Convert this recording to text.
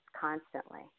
constantly